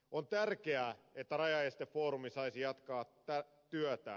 on tärkeää että rajaestefoorumi saisi jatkaa työtään